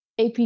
AP